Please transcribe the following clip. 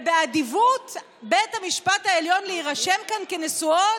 ובאדיבות בית המשפט העליון להירשם כאן כנשואות,